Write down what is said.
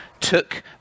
took